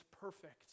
perfect